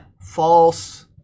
False